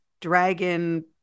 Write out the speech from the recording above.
dragon